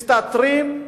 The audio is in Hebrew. מסתתרים,